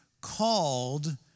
called